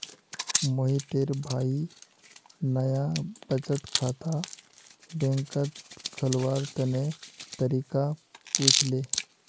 मोहितेर भाई नाया बचत खाता बैंकत खोलवार तने तरीका पुछले